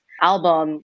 album